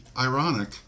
ironic